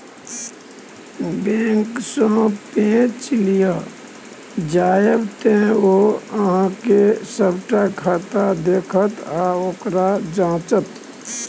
बैंकसँ पैच लिअ जाएब तँ ओ अहॅँक सभटा खाता देखत आ ओकरा जांचत